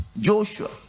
Joshua